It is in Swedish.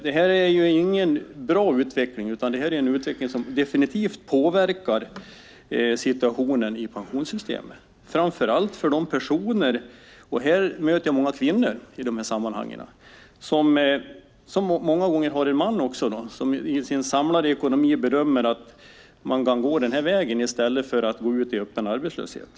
Det är ingen bra utveckling utan en utveckling som definitivt påverkar situationen i pensionssystemet. Jag möter framför allt många kvinnor som utifrån hushållets samlade ekonomi bedömer att de kan gå denna väg i stället för att gå ut i öppen arbetslöshet.